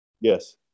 Yes